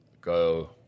go